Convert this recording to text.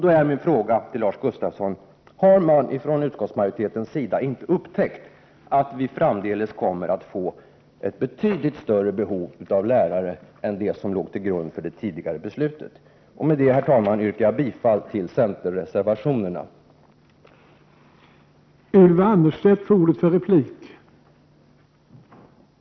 Då blir min fråga till Lars Gustafsson: Har man från utskottsmajoritetens sida inte upptäckt att vi framdeles kommer att få ett betydligt större behov av lärare än det som låg till grund för det tidigare beslutet? Herr talman! Med det anförda yrkar jag bifall till reservationerna 2, 4, 5 och 6.